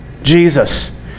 Jesus